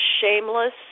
shameless